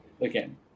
again